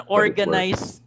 organized